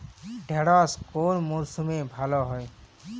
ঢেঁড়শ কোন মরশুমে ভালো হয়?